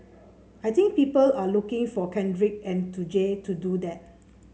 I think people are looking for Kendrick and to Jay to do that